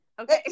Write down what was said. Okay